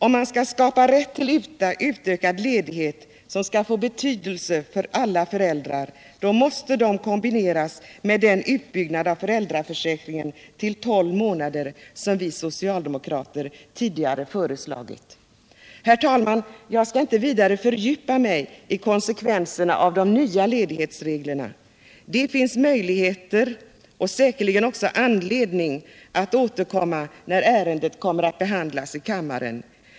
Om man skall skapa rätt till utökad ledighet som skall få betydelse för alla föräldrar måste reglerna kombineras med den utbyggnad av föräldraförsäkringen till tolv månader som vi socialdemokrater tidigare föreslagit. Herr talman! Jag skall inte vidare fördjupa mig i konsekvenserna av de nya ledighetsreglerna. Det finns möjligheter och säkerligen också anledning att återkomma när ärendet skall behandlas i kammaren.